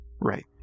Right